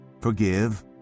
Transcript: forgive